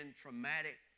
traumatic